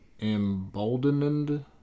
emboldened